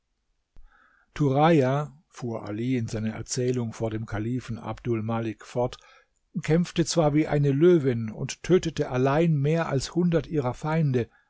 turaja fuhr ali in seiner erzählung vor dem kalifen abdul malik fort kämpfte zwar wie eine löwin und tötete allein mehr als hundert ihrer feinde